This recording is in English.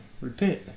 repent